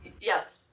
Yes